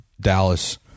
Dallas